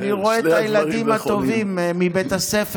אני רואה את הילדים הטובים מבית הספר.